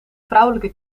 vrouwelijke